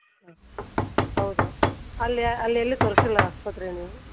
ಹಾಂ ಹೌದಾ ಅಲ್ಲಿ ಅಲ್ಲೆಲ್ಲಿ ತೋರಿಸಿಲ್ಲ ಆಸ್ಪತ್ರೆಗೆ ನೀವು